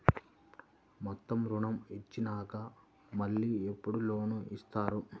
మొత్తం ఋణం చెల్లించినాక మళ్ళీ ఎప్పుడు లోన్ ఇస్తారు?